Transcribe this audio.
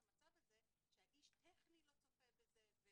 המצב הזה שבאמת האיש הטכני לא צופה בזה.